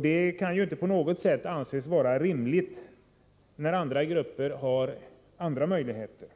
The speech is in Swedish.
Det kan inte på något sätt anses vara rimligt, när andra grupper har andra möjligheter.